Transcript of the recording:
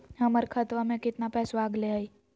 हमर खतवा में कितना पैसवा अगले हई?